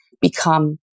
become